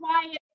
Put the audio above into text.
quiet